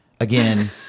Again